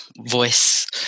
voice